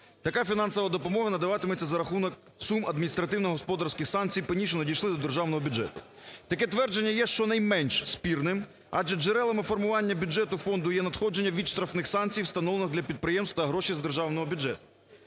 Така фінансова допомога надаватиметься за рахунок сум адміністративно-господарських санкцій по ній, що надійшли до державного бюджету. Таке твердження є, щонайменш спірним, адже джерелами формування бюджету фонду є надходження від штрафних санкцій, встановлених для підприємств та гроші з державного бюджету.